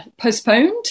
postponed